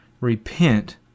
repent